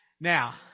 Now